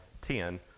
ten